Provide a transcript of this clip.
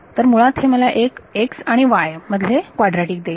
तर मुळात हे मला एक x आणि y मधले क्वाड्राटिक देईल